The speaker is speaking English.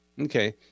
okay